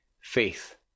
faith